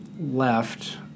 left